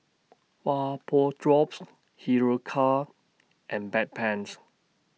Vapodrops Hiruscar and Bedpans